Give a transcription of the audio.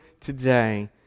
today